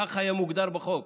כך היה מוגדר בחוק.